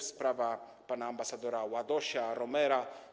Jest sprawa pana ambasadora Ładosia, Romera.